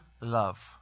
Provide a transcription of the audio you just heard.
love